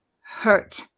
hurt